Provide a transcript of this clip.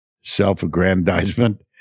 self-aggrandizement